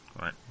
Right